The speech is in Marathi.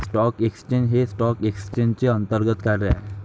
स्टॉक एक्सचेंज हे स्टॉक एक्सचेंजचे अंतर्गत कार्य आहे